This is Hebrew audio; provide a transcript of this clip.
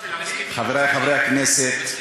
חברי חברי הכנסת,